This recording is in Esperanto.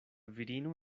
virino